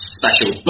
special